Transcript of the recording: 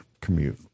commute